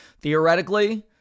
Theoretically